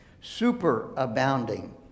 Superabounding